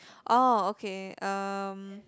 oh okay um